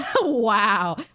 wow